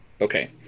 Okay